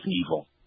evil